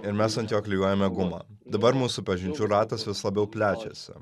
ir mes ant jo klijuojame gumą dabar mūsų pažinčių ratas vis labiau plečiasi